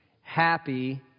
happy